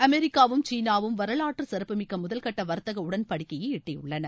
அமெரிக்காவும் சீனாவும் வரலாற்று சிறப்புமிக்க முதல்கட்ட வர்த்தக உடன்படிக்கையை எட்டியுள்ளன